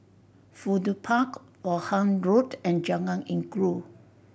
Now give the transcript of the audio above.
Fudu Park Vaughan Road and Jalan Inggu